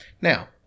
Now